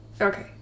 Okay